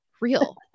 real